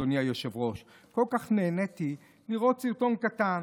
אדוני היושב-ראש: כל כך נהניתי לראות סרטון קטן